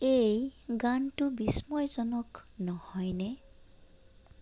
এই গানটো বিস্ময়জনক নহয়নে